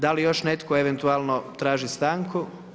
Da li još netko eventualno traži stanku?